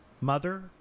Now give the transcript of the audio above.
Mother